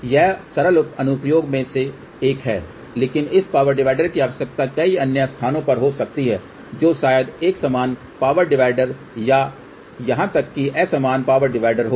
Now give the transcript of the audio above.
तो यह सरल अनुप्रयोग में से एक है लेकिन इस पावर डिवाइडर की आवश्यकता कई अन्य स्थानों पर हो सकती है जो शायद एक समान पावर डिवाइडर या यहां तक कि असमान पावर डिवाइडर हो